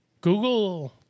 Google